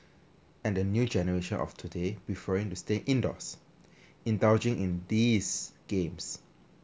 and a new generation of today preferring to stay indoors indulging in these games